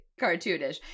cartoonish